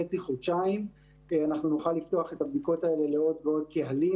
וחצי-חודשיים נוכל לפתוח את הבדיקות האלה לעוד ועוד קהלים.